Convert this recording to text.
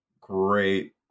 Great